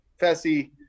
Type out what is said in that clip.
Fessy